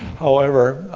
however,